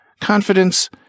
Confidence